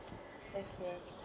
okay